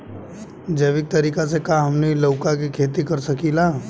जैविक तरीका से का हमनी लउका के खेती कर सकीला?